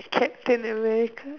captain-America